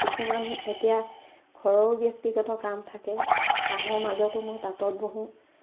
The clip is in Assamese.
কিছুমান এতিয়া ঘৰৰো ব্যক্তিগত কাম থাকে কামৰ মাজতো মই তাঁতত বহোঁ